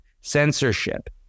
censorship